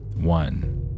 one